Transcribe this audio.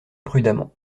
prudemment